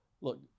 Look